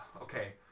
Okay